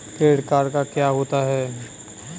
Credit card क्या होता है?